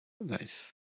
Nice